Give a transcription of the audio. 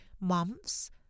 months